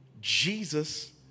Jesus